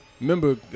Remember